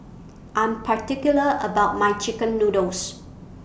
I'm particular about My Chicken Noodles